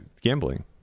gambling